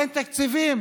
אין תקציבים.